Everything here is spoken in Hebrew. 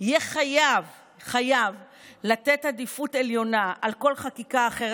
יהיה חייב לתת עדיפות עליונה על כל חקיקה אחרת,